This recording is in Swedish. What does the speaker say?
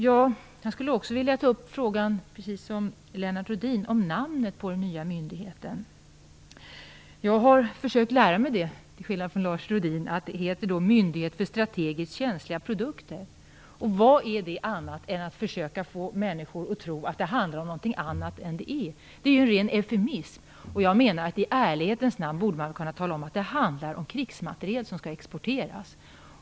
Jag skulle också, precis som Lennart Rohdin, vilja ta upp frågan om namnet på den nya myndigheten. Jag har försökt lära mig, till skillnad från Lennart Rohdin, att det heter myndighet för strategiskt känsliga produkter. Vad är det annat än ett försök att få människor att tro att det handlar om något annat än det gör? Det är ju en ren eufemism! Jag menar att man i ärlighetens namn borde kunna tala om att det handlar om krigsmateriel som skall exporteras.